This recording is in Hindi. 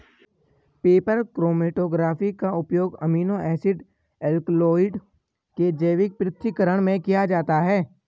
पेपर क्रोमैटोग्राफी का उपयोग अमीनो एसिड एल्कलॉइड के जैविक पृथक्करण में किया जाता है